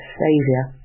saviour